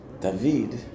David